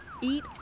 Eat